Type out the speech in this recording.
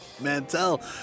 Mantel